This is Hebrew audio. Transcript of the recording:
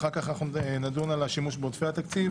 ואחר כך נדון על השימוש בעודפי התקציב.